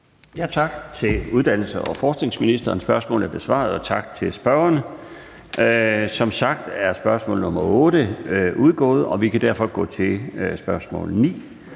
Tak til uddannelses- og forskningsministeren. Spørgsmålet er besvaret. Tak til spørgeren. Som sagt er spørgsmål nr. 8 (spm. nr. S 446) udgået, og vi kan derfor gå til spørgsmål nr.